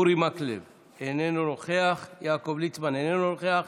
אורי מקלב, איננו נוכח, יעקב ליצמן, איננו נוכח,